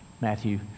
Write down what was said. Matthew